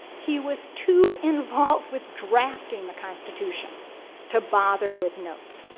he was too involved with drafting the constitution to bother with notes.